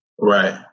Right